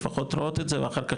לפחות רואות את זה ואחר כך,